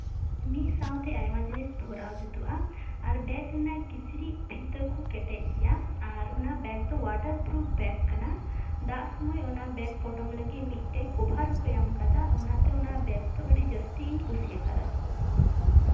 ᱢᱤᱫᱥᱟᱶᱛᱮ ᱟᱭᱢᱟ ᱡᱤᱱᱤᱥ ᱵᱷᱚᱨᱟᱣ ᱡᱩᱛᱩᱜᱼᱟ ᱟᱨ ᱵᱮᱜᱽ ᱨᱮᱱᱟᱝ ᱠᱤᱪᱨᱤᱪ ᱯᱷᱤᱛᱟᱹ ᱠᱩ ᱠᱮᱴᱮᱡ ᱜᱮᱭᱟ ᱟᱨ ᱚᱱᱟ ᱵᱮᱜᱽ ᱫᱚ ᱚᱣᱟᱴᱟᱨ ᱯᱨᱩᱯᱷ ᱵᱮᱜᱽ ᱠᱟᱱᱟ ᱫᱟᱜᱽ ᱥᱩᱢᱚᱭ ᱚᱱᱟ ᱵᱮᱜᱽ ᱯᱚᱴᱚᱢ ᱞᱟᱹᱜᱤᱫ ᱢᱤᱫᱴᱮᱡ ᱠᱚᱵᱷᱟᱨ ᱦᱚᱸᱠᱚ ᱮᱢᱟᱠᱟᱫᱟ ᱚᱱᱟᱛᱮ ᱚᱱᱟ ᱵᱮᱜᱽ ᱫᱚ ᱟᱹᱰᱤ ᱡᱟᱹᱥᱛᱤᱜᱤᱧ ᱠᱩᱥᱤᱭᱟᱠᱟᱫᱟ